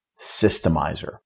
systemizer